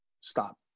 stop